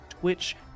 Twitch